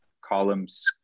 columns